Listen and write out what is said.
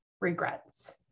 regrets